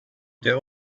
der